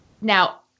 now